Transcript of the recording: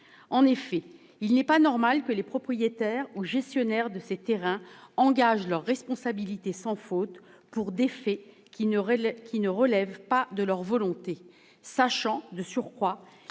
En effet, il n'est pas normal que les propriétaires ou gestionnaires de ces terrains engagent leur responsabilité sans faute pour des faits qui ne relèvent pas de leur volonté, sachant de surcroît